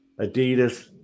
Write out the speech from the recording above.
Adidas